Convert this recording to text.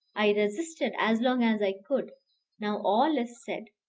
i resisted as long as i could now all is said.